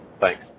Thanks